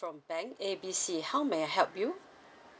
from bank A B C how may I help you